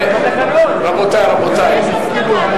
שגית,